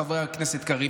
חבר הכנסת קריב.